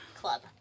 Club